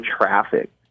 traffic